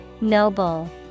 Noble